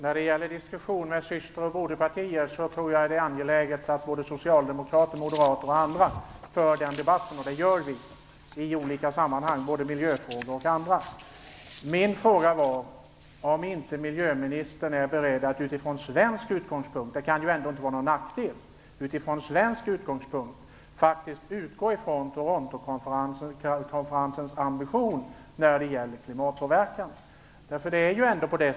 Fru talman! Jag tror att det är angeläget att såväl socialdemokrater och moderater som andra för en debatt med sina syster och broderpartier, och det gör vi också i olika sammanhang, när det gäller både miljöfrågor och andra frågor. Min fråga var om miljöministern utifrån svensk utgångspunkt - det kan ju ändå inte vara någon nackdel - är beredd att utgå från Torontokonferensens ambition när det gäller klimatpåverkan.